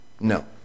No